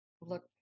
look